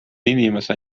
inimese